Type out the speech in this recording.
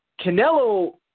Canelo